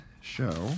show